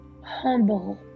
humble